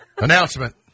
Announcement